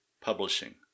Publishing